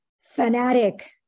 fanatic